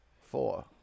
four